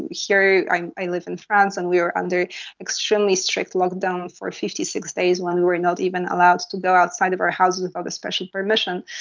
here, i live in france and we were under extremely strict lockdown for fifty six days when we were not even allowed to go outside of our houses without but special permission,